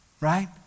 right